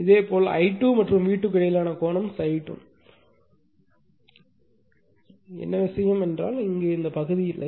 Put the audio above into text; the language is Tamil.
இதேபோல் I2 மற்றும் V2 க்கு இடையிலான கோணம் ∅ 2 ஒரே விஷயம் என்னவென்றால் இந்த பகுதி இல்லை இந்த பகுதி இல்லை